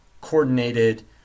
coordinated